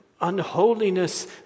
unholiness